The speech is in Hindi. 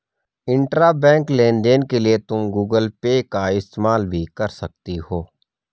इंट्राबैंक लेन देन के लिए तुम गूगल पे का इस्तेमाल भी कर सकती हो